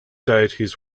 deities